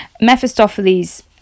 Mephistopheles